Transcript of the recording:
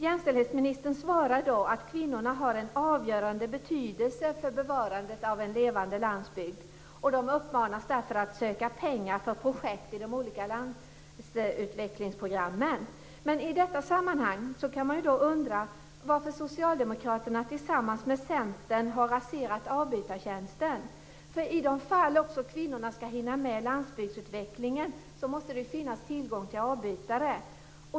Jämställdhetsministern svarar att kvinnorna har en avgörande betydelse för bevarandet av en levande landsbygd, och de uppmanas därför att söka pengar för projekt i de olika landsbygdsutvecklingsprogrammen. Man kan dock i detta sammanhang undra varför Socialdemokraterna tillsammans med Centern har raserat avbytartjänsten. Om också kvinnorna skall hinna delta i landsbygdsutvecklingen, måste det finnas tillgång till avbytare.